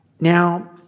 Now